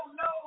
no